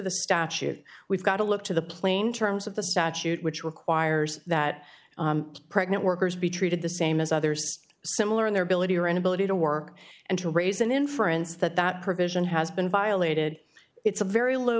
the statute we've got to look to the plain terms of the statute which requires that pregnant workers be treated the same as others similar in their ability or inability to work and to raise an inference that that provision has been violated it's a very low